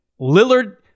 Lillard